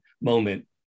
moment